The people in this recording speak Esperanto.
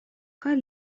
kaj